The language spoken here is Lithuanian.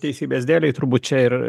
teisybės dėlei turbūt čia ir